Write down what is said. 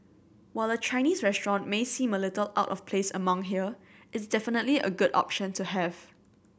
while a Chinese restaurant may seem a little out of place among here it's definitely good option to have